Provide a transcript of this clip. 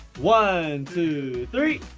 one, two, three!